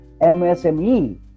msme